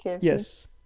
Yes